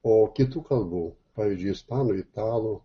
o kitų kalbų pavyzdžiui ispanų italų